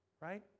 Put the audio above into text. Right